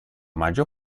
maggior